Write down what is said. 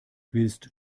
willst